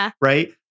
right